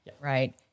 right